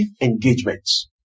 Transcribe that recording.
engagements